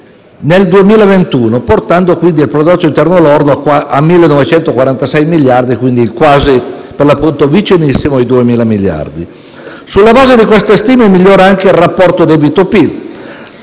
nel 2021, portando quindi il prodotto interno lordo a 1.946 miliardi, quindi vicinissimo ai 2.000 miliardi. Sulla base di queste stime, migliora anche il rapporto tra debito e PIL.